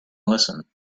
listen